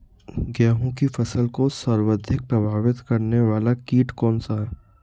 गेहूँ की फसल को सर्वाधिक प्रभावित करने वाला कीट कौनसा है?